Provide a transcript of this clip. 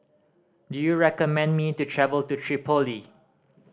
do you recommend me to travel to Tripoli